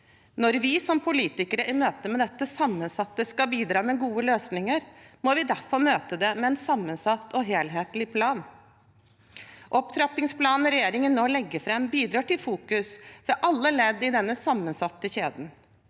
Når vi som politikere i møte med dette sammensatte skal bidra med gode løsninger, må vi derfor møte det med en sammensatt og helhetlig plan. Opptrappingsplanen regjeringen nå legger fram, bidrar til fokus i alle ledd i denne sammensatte kjeden.